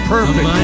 Perfect